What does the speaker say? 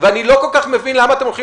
ואני לא כל כך מבין למה אתם הולכים